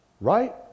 right